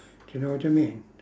do you know what I mean